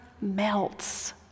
melts